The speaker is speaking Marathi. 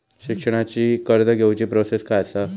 शिक्षणाची कर्ज घेऊची प्रोसेस काय असा?